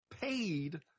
paid